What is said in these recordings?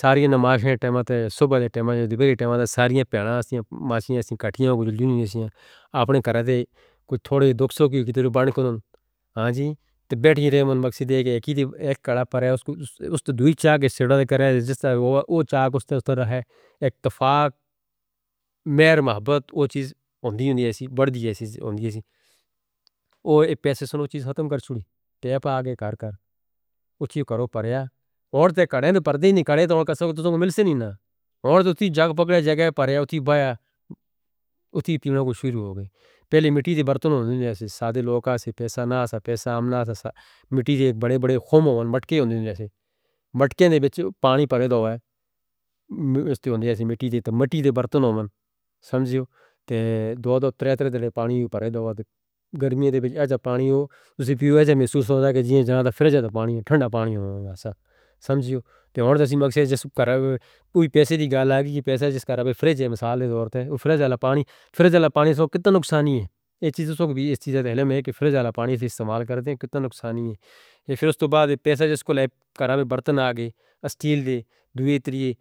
ساریاں نماز ہیں تیمہ تے صبح دے تیمہ جیدی بڑی تیمہ دا ساریاں پیناں ہم کٹھیاں، کچھ لینی ہیں اپنے کرا دے کچھ تھوڑے دک سکو کیتے تو بانو۔ ہاں جی، تے بیٹھیں رہیں من مقصد ایک کڑا پریا، اس تو دوئی چاک سرہ دے کرایا جستہ ہے، وہ چاک اس تو رہ ہے۔ ایک تفاق، مہرباب، وہ چیز ہوندی ہوندی ہے، بڑھ دی ہوندی ہے۔ وہ پیسے سنوں چیز ختم کر چھوڑی، کہہ پا آگے کار کار۔ اتھے کرو پریا، اور تے کڑھے تے پردے نہیں، کڑھے توں کسیوں ملسے نہیں نا۔ اور تے اتھے جاگ پکڑے جگہ پریا، اتھے پایا، اتھے پیناں کو شروع ہو گئی۔ پہلے مٹی تے برطن ہوندے تھے، سادے لوگہ تھے، پیسہ نہ تھا، پیسہ عام نہ تھا۔ مٹی تے بڑے بڑے کھوموں، مٹکے ہوندے تھے۔ مٹکے نے بچے پانی پڑے دوں واہے۔ مٹی تے برطن ہوندے تھے، سمجھو، دو دو، تری تری تے پانی پڑے دوں واہے۔ گرمیہ تے بچے ایسے پانی ہو، تسی پیو ایسے محسوس ہوندہ کہ جییں جاندہ فریج دا پانی ہے، تھندا پانی ہوندہ ہے۔ سمجھو، تے اور تسی مقصد ہے، جی سپ کر رہے ہو، کوئی پیسے دی گال آگئی، پیسہ جس کر رہے ہو، فریج ہے، مسالے دور تے۔ فریج ہے جہاں پانی، فریج ہے جہاں پانی، سو کتھے نقصان ہی ہے۔ اس چیز دا سوک بھی، اس چیز دا تھائیم ہے کہ فریج ہے جہاں پانی استعمال کرتے ہیں، کتھے نقصان ہی ہے۔ فیر اس تو بعد پیسہ جس کو لائے کر رہے ہو، برطن آگئے، اسٹیل دے، دوئے تریئے،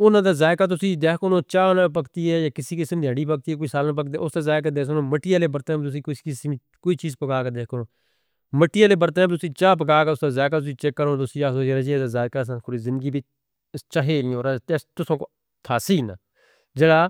انہاں دے ذائقہ تسی دیکھو، چائے تریئے بکتی ہے، یا کسی قسم دی ہڈی بکتی ہے، کوئی سالن بکتے، اس دا ذائقہ تسی مٹی آلے برطن میں تسی کوئی چیز پکا کر دیکھو۔ مٹی آلے برطن میں تسی چائے پکا کر اس دا ذائقہ تسی چیک کرو، تسی زندگی بھی چہے نہیں ہو رہا ہے، تیسٹ تیسے تھاسی نہ.